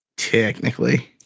Technically